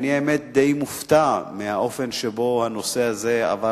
האמת היא שאני די מופתע מהאופן שבו הנושא הזה עבר,